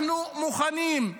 אנחנו מוכנים.